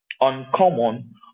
uncommon